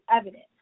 evidence